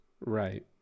Right